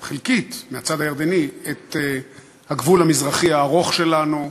חלקית, מהצד הירדני, את הגבול המזרחי הארוך שלנו,